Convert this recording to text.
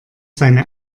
seine